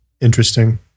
Interesting